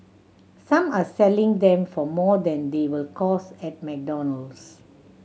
some are selling them for more than they will cost at McDonald's